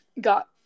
got